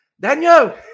Daniel